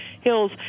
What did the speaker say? hills